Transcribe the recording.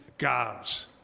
Gods